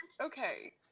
Okay